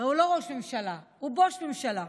הרי הוא לא ראש ממשלה, הוא בוש ממשלה.